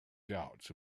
doubts